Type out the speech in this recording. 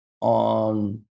on